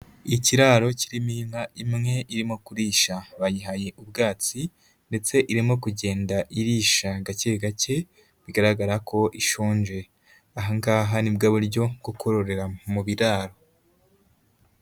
Ikiraro kirimo inka imwe irimo kurisha bayihaye ubwatsi ndetse irimo kugenda irisha gake gake bigaragara ko ishonje, aha ngaha nibwo buryo bwo kororera mu biraro.